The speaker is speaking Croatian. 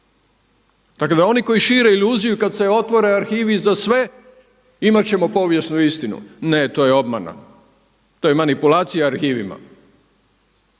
Tako da oni koji šire iluziju kada se otvore arhivi za sve imat ćemo povijesnu istinu. Ne, to je obmana. To je manipulacija arhivima,